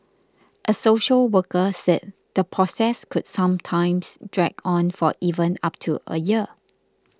a social worker said the process could sometimes drag on for even up to a year